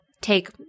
take